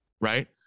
right